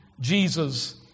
Jesus